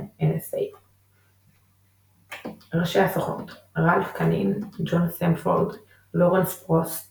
NSA. ראשי הסוכנות ראלף קאנין ג'ון סמפורד לורנס פרוסט